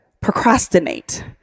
procrastinate